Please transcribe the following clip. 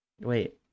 wait